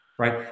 Right